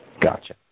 Gotcha